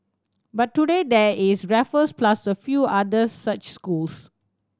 but today there is Raffles plus a few other such schools